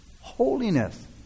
holiness